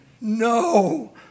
no